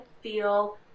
feel